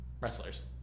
wrestlers